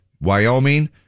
Wyoming